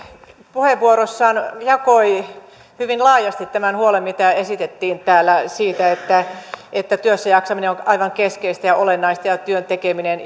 puheenvuorossaan jakoi hyvin laajasti tämän huolen mitä esitettiin täällä siitä että että työssäjaksaminen on aivan keskeistä ja olennaista ja työn tekeminen